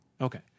Okay